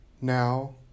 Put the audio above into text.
now